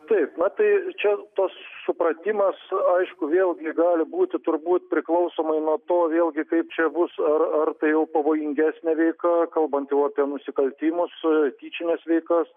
taip na tai čia tas supratimas aišku vėlgi gali būti turbūt priklausomai nuo to vėlgi kaip čia bus ar ar tai jau pavojingesnė veika kalbant jau apie nusikaltimus tyčines veikas